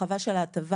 הרחבה של ההטבה,